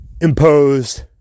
imposed